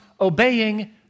obeying